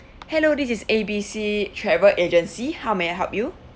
hello this is A B C travel agency how may I help you